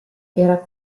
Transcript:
era